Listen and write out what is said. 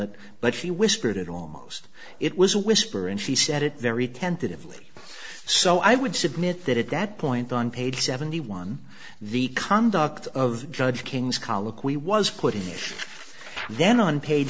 it but she whispered it almost it was a whisper and she said it very tentatively so i would submit that at that point on page seventy one the conduct of judge king's colloquy was put in there then on pa